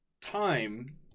time